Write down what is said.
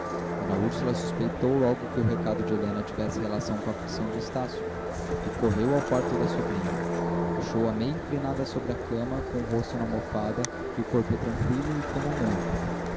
dona úrsula suspeitou logo que o recado de helena tivesse relação com a aflição de estácio e correu ao quarto da sobrinha achou-a meio inclinada sobre a cama com o rosto na almofada e o corpo tranqüilo e como morto